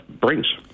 brings